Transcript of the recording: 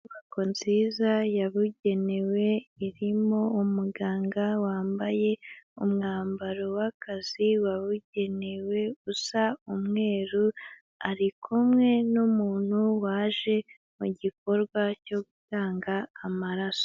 Inyubako nziza yabugenewe irimo umuganga wambaye umwambaro w'akazi wabugenewe usa umweru, ari kumwe n'umuntu waje mu gikorwa cyo gutanga amaraso.